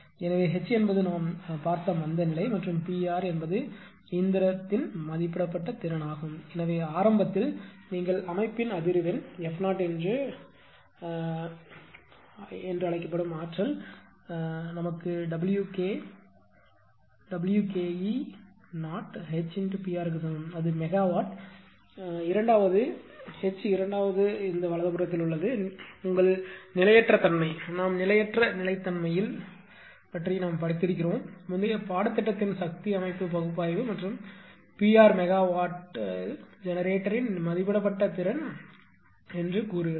எனவே H என்பது நாம் பார்த்த மந்தநிலை மற்றும் P r என்பது இயந்திரத்தின் மதிப்பிடப்பட்ட திறன் ஆகும் எனவே ஆரம்பத்தில் நீங்கள் கணினி அதிர்வெண் f 0 என்று அழைக்கப்படும் ஆற்றல் W ke0 H × P r க்கு சமம் அது மெகாவாட் இரண்டாவது ஏனெனில் H இரண்டாவது வலதுபுறத்தில் உள்ளது உங்கள் நிலையற்ற தன்மை நாம் நிலையற்ற நிலைத்தன்மையில் படித்திருக்கிறோம் முந்தைய பாடத்திட்டத்தின் சக்தி அமைப்பு பகுப்பாய்வு மற்றும் P r மெகாவாட்டில் ஜெனரேட்டரின் மதிப்பிடப்பட்ட திறன் என்று கூறுகிறது